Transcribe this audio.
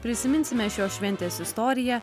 prisiminsime šios šventės istoriją